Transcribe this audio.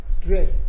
dress